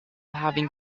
having